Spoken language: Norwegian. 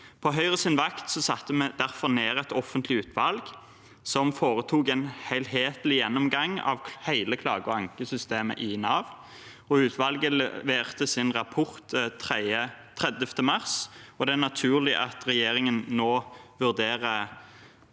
På Høyres vakt satte vi derfor ned et offentlig utvalg som foretok en helhetlig gjennomgang av hele klage- og ankesystemet i Nav. Utvalget leverte sin rapport 30. mars. Det er naturlig at regjeringen nå vurderer